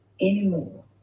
anymore